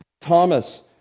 Thomas